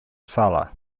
sala